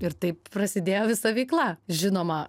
ir taip prasidėjo visa veikla žinoma